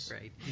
Right